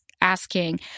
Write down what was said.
asking